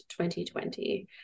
2020